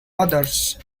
others